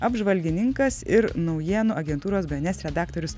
apžvalgininkas ir naujienų agentūros bns redaktorius